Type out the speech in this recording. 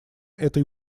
этой